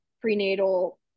prenatal